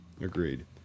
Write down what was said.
agreed